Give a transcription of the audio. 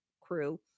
crew